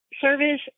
service